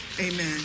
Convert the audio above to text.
amen